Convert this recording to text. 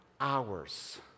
hours